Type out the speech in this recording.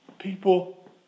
people